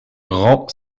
rangs